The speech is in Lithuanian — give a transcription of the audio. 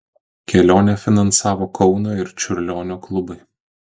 kelionę finansavo kauno ir čiurlionio klubai